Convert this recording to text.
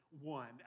one